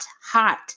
hot